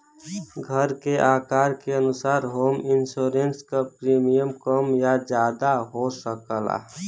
घर के आकार के अनुसार होम इंश्योरेंस क प्रीमियम कम या जादा हो सकला